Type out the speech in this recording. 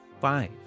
five